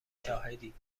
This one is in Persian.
شاهدید